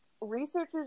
Researchers